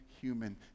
human